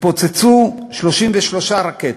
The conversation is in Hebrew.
התפוצצו 33 רקטות.